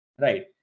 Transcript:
right